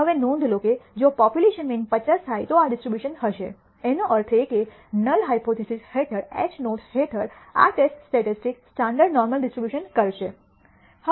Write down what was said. હવે નોંધ લો કે જો પોપ્યુલેશન મીન 50 થાય તો આ ડિસ્ટ્રીબ્યુશન હશે એનો અર્થ એ કે નલ હાયપોથીસિસ હેઠળ h નૉટ હેઠળ આ test statistics standard normal distribution કરશે